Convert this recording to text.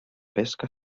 pesca